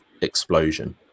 explosion